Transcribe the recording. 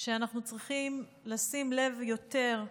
שאנחנו צריכים לשים אליהן לב יותר,